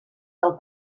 del